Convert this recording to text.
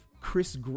chris